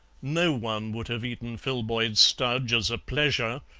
no one would have eaten filboid studge as a pleasure,